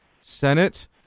Senate